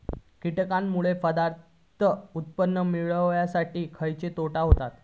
कीटकांनमुळे पदार्थ उत्पादन मिळासाठी खयचे तोटे होतत?